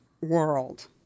world